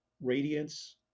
radiance